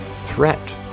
threat